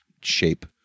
shape